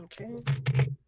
Okay